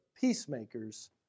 peacemakers